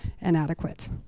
inadequate